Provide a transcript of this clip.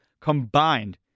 combined